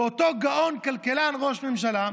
ואותו גאון כלכלן, ראש הממשלה,